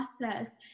process